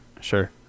Sure